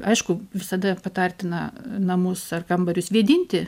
aišku visada patartina namus ar kambarius vėdinti